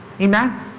amen